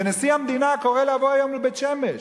ונשיא המדינה קורא לבוא היום לבית-שמש,